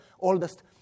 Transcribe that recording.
oldest